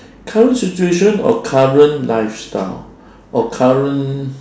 current situation or current lifestyle or current